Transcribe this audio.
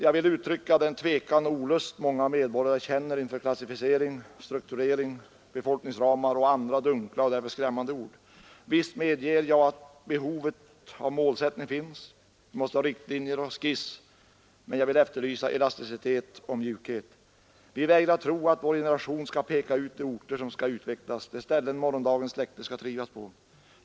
Jag vill uttrycka den tvekan och olust många medborgare känner inför klassificering, strukturering, befolkningsramar och andra dunkla och därför skrämmande ord. Visst medger jag behovet av målsättning, riktlinjer och skiss, men jag vill efterlysa elasticitet och mjukhet. Vi vägrar tro att vår generation skall peka ut de orter som skall utvecklas de ställen morgondagens släkte skall trivas på.